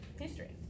history